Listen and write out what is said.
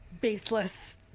baseless